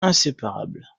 inséparables